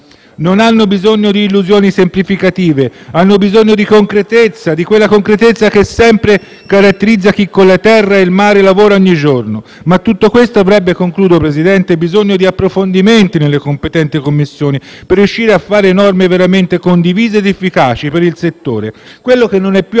Non hanno bisogno di illusioni semplificative; hanno bisogno di concretezza, di quella concretezza che sempre caratterizza chi con la terra e il mare lavora ogni giorno. Ma tutto questo avrebbe bisogno di approfondimenti nelle competenti Commissioni per riuscire a varare norme veramente condivise ed efficaci per il settore. Quello che non è più